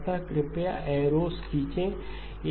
अतः कृपया एरोस खींचें